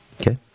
Okay